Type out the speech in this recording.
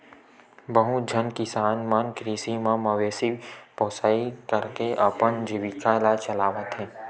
बहुत झन किसान मन कृषि म मवेशी पोसई करके अपन जीविका ल चलावत हे